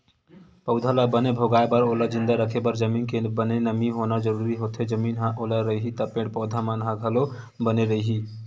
पउधा ल बने भोगाय बर ओला जिंदा रखे बर जमीन के बने नमी होना जरुरी होथे, जमीन ह ओल रइही त पेड़ पौधा मन ह घलो बने रइही